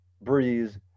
Breeze